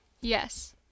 Yes